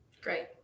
Great